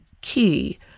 key